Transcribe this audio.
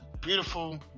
beautiful